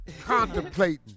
contemplating